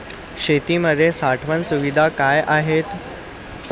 शेतीमध्ये साठवण सुविधा काय आहेत?